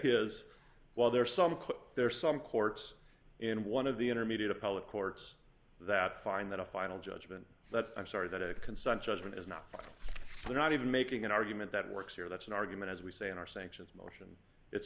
is while there are some there are some courts in one of the intermediate appellate courts that find that a final judgment that i'm sorry that a consent judgment is not there not even making an argument that works here that's an argument as we say in our sanctions motion it's